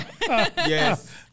Yes